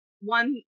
one